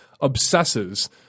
obsesses